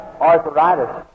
arthritis